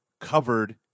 covered